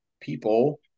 people